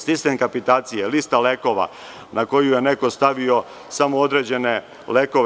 Sistem kapitacije, lista lekova na koju je neko stavio samo određene lekove.